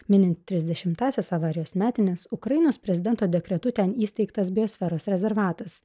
minint trisdešimtąsias avarijos metines ukrainos prezidento dekretu ten įsteigtas biosferos rezervatas